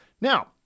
Now